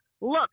look